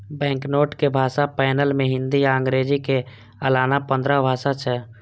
banknote के भाषा panel मे हिंदी आ अंग्रेजी के अलाना पंद्रह भाषा छै